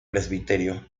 presbiterio